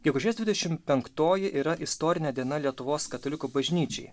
gegužės dvidešim penktoji yra istorinė diena lietuvos katalikų bažnyčiai